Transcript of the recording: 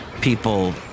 people